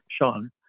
Sean